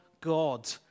God